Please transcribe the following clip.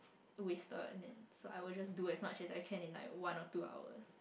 wasted and then so I will just do as much as I can in like one or two hours